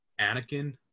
Anakin